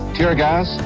tear gas,